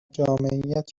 جامعیت